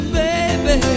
baby